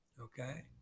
Okay